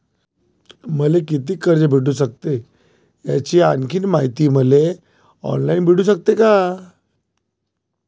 मले कितीक कर्ज भेटू सकते, याची आणखीन मायती मले ऑनलाईन भेटू सकते का?